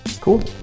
Cool